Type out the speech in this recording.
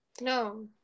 No